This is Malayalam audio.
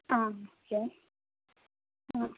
ആ ഓക്കെ ആ